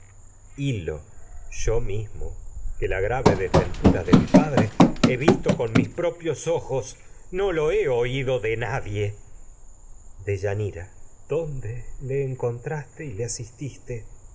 hil lo yo la grave desventura no de mi padre he visto nadie mis propios ojos lo he oído de deyanira dónde le encontraste menester y le asististe